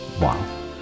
Wow